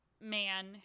man